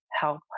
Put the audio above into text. help